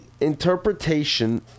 interpretation